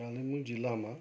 कालेबुङ जिल्लामा